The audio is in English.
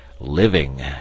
living